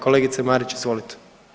Kolegice Marić, izvolite.